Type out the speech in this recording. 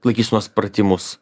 laikysenos pratimus